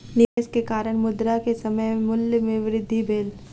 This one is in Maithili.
निवेश के कारण, मुद्रा के समय मूल्य में वृद्धि भेल